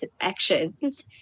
actions